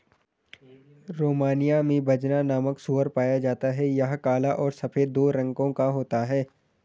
Romania में बजना नामक सूअर पाया जाता है यह काला और सफेद दो रंगो का होता है